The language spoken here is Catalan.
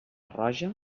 roja